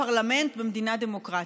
הפרלמנט במדינה דמוקרטית.